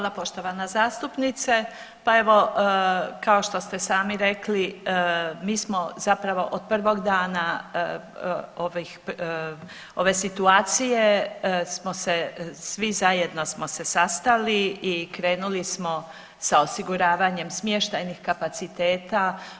Hvala poštovana zastupnice, pa evo kao što ste sami rekli mi smo zapravo od prvog dana ovih, ove situacije smo se, svi zajedno smo se sastali i krenuli smo sa osiguravanjem smještajnih kapaciteta.